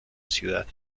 ciudad